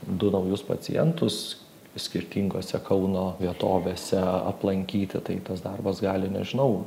du naujus pacientus skirtingose kauno vietovėse aplankyti tai tas darbas gali nežinau